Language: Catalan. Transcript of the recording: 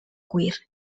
cuir